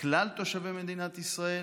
לכלל תושבי מדינת ישראל,